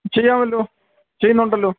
ചെയ്യാമല്ലോ ചെയ്യുന്നുണ്ടല്ലോ